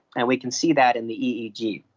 and we can see that in the eeg.